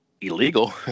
illegal